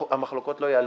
המחלוקות לא ייעלמו.